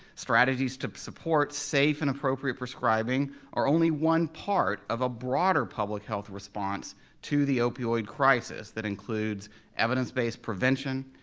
strategies to support safe and appropriate prescribing are only one part of a broader public health response to the opioid crisis that includes evidence-based prevention,